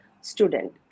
Student